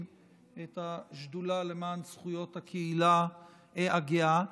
את השדולה למען זכויות הקהילה הגאה,